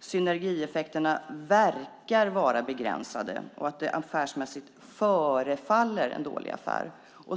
synergieffekterna "verkar vara" begränsade och att det affärsmässigt "förefaller" vara en dålig affär.